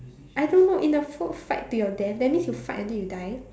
I don't know in a food fight to your death that means you fight until you die